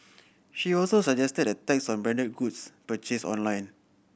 she also suggested a tax on branded goods purchased online